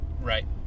right